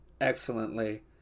excellently